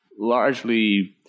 largely